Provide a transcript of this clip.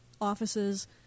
offices